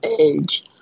age